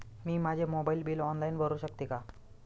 मी माझे mobile bill online भरू शकते का?